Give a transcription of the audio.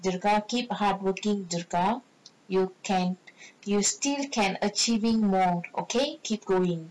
durga keep hardworking durga you can you still can achieving more okay keep going